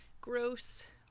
gross